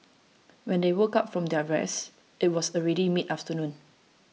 when they woke up from their rest it was already mid afternoon